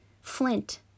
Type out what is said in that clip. flint